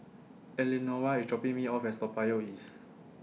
Eleanora IS dropping Me off At Toa Payoh East